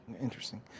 Interesting